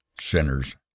Sinners